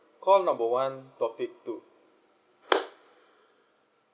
call number one topic two